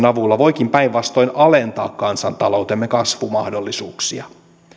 avulla voikin päinvastoin alentaa kansantaloutemme kasvumahdollisuuksia